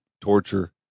torture